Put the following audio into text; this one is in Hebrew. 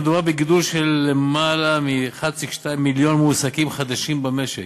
מדובר בגידול של למעלה מ-1.2 מיליון מועסקים חדשים במשק.